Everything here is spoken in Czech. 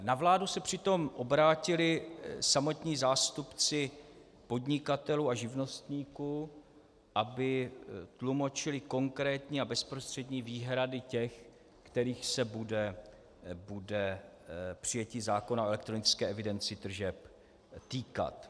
Na vládu se přitom obrátili samotní zástupci podnikatelů a živnostníků, aby tlumočili konkrétní a bezprostřední výhrady těch, kterých se bude přijetí zákona o elektronické evidenci tržeb týkat.